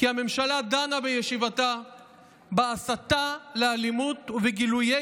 כי הממשלה דנה בישיבתה בהסתה לאלימות ובגילויי